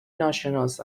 ناشناس